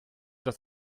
dass